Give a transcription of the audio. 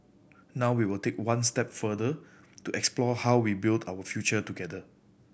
now we will take one step further to explore how we will build out future together